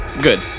Good